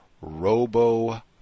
robo